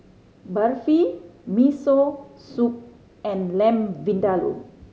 Barfi Miso Soup and Lamb Vindaloo